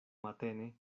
matene